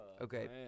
Okay